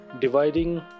dividing